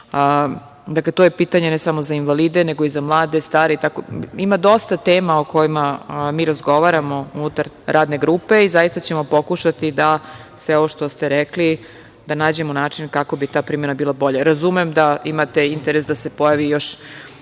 dakle, to je pitanje ne samo za invalide, nego i za mlade, stare, itd. Ima dosta tema o kojima mi razgovaramo unutar radne grupe i zaista ćemo pokušati da sve ovo što rekli, da nađemo način kako bi ta primena bila bolja. Razumem da imate interes da se pojavi još